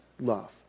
love